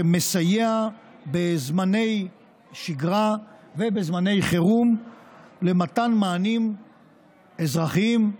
שמסייע בזמני שגרה ובזמני חירום למתן מענים אזרחיים,